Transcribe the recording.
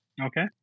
Okay